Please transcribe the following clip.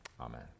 amen